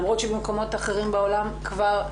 למרות שבמקומות אחרים בעולם כבר,